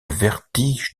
vertige